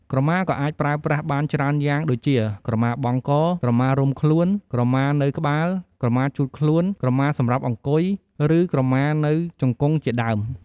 ក្រមាក៏អាចប្រើប្រាស់បានច្រើនយ៉ាងដូចជា ក្រមាបង់ក ក្រមារុំខ្លួន ក្រមានៅក្បាល ក្រមាជូតខ្លួន ក្រមាសម្រាប់អង្គុយ ឬក្រមានៅជង្គង់ជាដើម។